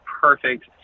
perfect